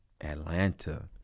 atlanta